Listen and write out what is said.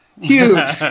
Huge